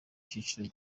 cyiciro